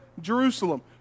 Jerusalem